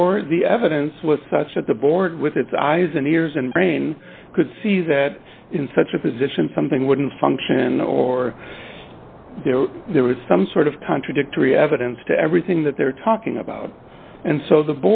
or the evidence was such that the board with its eyes and ears and brain could see that in such a position something wouldn't function or there was some sort of contradictory evidence to everything that they were talking about and so the